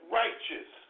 righteous